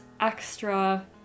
extra